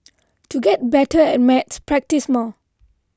to get better at maths practise more